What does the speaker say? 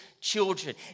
children